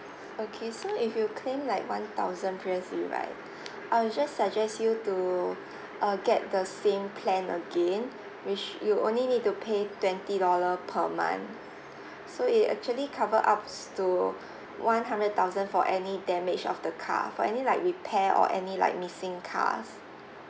okay so if you claim like one thousand previously right I'll just suggest you to uh get the same plan again which you only need to pay twenty dollar per month so it actually cover ups to one hundred thousand for any damage of the car for any like repair or any like missing cars